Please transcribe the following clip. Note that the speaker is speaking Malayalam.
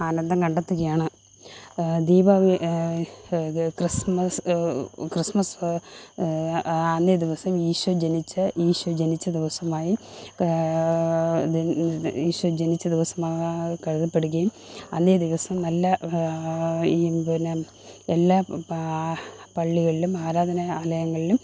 ആനന്ദം കണ്ടെത്തുകയാണ് ദീപാവലി ഇത് ക്രിസ്മസ് ക്രിസ്മസ് അന്നേദിവസം ഈശോ ജനിച്ച ഈശോ ജനിച്ച ദിവസമായി ഇത് ഈശോ ജനിച്ച ദിവസമാ കരുതപ്പെടുകയും അന്നേദിവസം നല്ല ഈ പിന്നെ എല്ലാ പള്ളികളിലും ആരാധന ആലയങ്ങളിലും